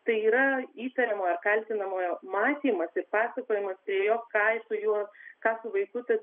tai yra įtariamojo kaltinamojo matymas ir pasakojimas prie jo ką jis su juo ką su vaiku tas